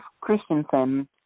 Christensen –